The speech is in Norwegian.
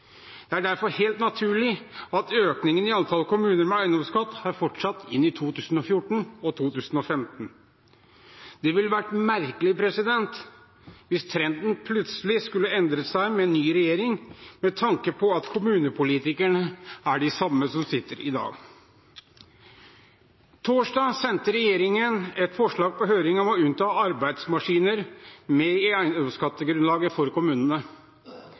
Det er derfor helt naturlig at økningen i antallet kommuner med eiendomsskatt har fortsatt inn i 2014 og 2015. Det ville vært merkelig hvis trenden plutselig skulle endret seg med ny regjering, med tanke på at det er de samme kommunepolitikerne som sitter i dag. På torsdag sendte regjeringen et forslag på høring om å unnta arbeidsmaskiner i eiendomsskattegrunnlaget for kommunene.